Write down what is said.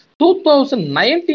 2019